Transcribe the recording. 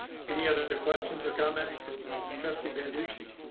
any other questions or comments for trustee banducci?